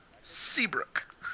Seabrook